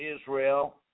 Israel